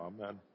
Amen